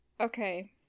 Okay